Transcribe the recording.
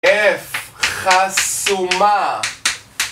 F חסומה